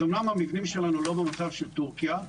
אמנם המבנים שלנו לא במצב של טורקיה,